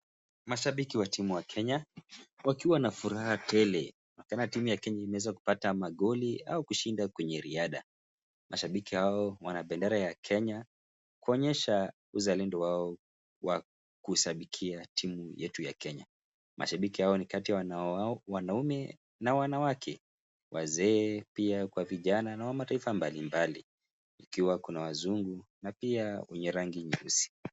Mashabiki wa timu ya Kenya wakiwa na furaha tele. Inaonekana timu ya Kenya imeweza kupata goli ama kushinda kwa riadha. Mashabiki hao wanabendera ya Kenya kuonyesha uzalendo wao wa kushabikia timu yetu ya Kenya. Mashabiki hao ni kati ya wanaume na wanawake. Wazee pia kwa vijana na wamataifa mbali mbali, ikiwa kuna wazungu na wenye rangi nyeusi.